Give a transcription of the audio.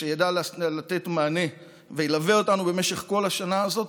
שידע לתת מענה וילווה אותנו במשך כל השנה הזאת,